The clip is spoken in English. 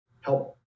help